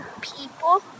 people